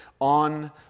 on